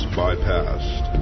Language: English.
bypassed